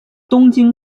东京